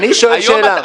אני שואל שאלה.